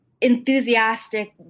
enthusiastic